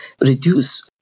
reduce